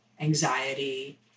anxiety